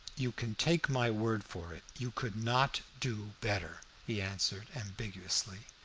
you can take my word for it, you could not do better, he answered, ambiguously.